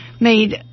made